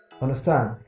Understand